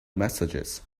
messages